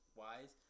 wise